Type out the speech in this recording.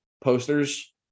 posters